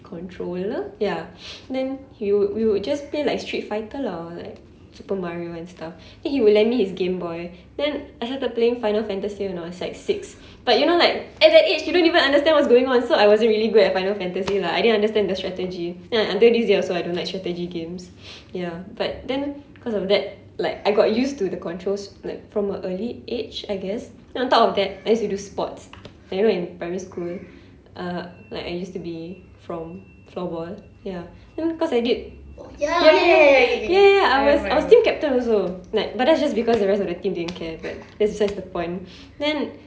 controller ya then he would we would just play like Street Fighter lah or like Super Mario and stuff then he will lend me his game boy then I started playing Final Fantasy when I was like six but you know like at that age you don't even understand what's going on so I wasn't really good at Final Fantasy lah I didn't understand the strategy then like until this year also I don't like strategy games ya but then cause of that like I got used to the controls like from a early age I guess then on top of that I used to do sports like you know in primary school uh like I used to be from floorball ya you know cause I did ya you know I was team captain also like but that's just because the rest of the team didn't care but that's besides the point then